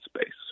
space